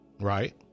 right